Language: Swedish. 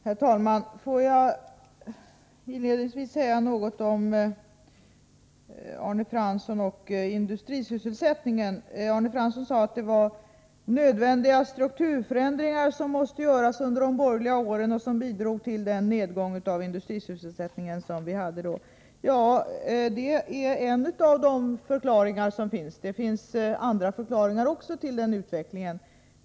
Herr talman! Får jag inledningsvis säga några ord till Arne Fransson om industrisysselsättningen. Arne Fransson sade att det var nödvändiga strukturförändringar, förändringar som måste göras, under de borgerliga åren som bidrog till den nedgång i industrisysselsättningen som vi då hade. Ja, det är en av de förklaringar som finns — det finns också andra förklaringar till den utvecklingen.